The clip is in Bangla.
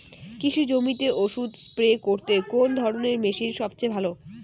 কৃষি জমিতে ওষুধ স্প্রে করতে কোন ধরণের মেশিন সবচেয়ে ভালো?